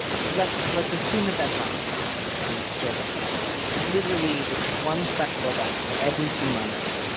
let's let's assume that that's not at play here, and it's just literally it's one special event every two months.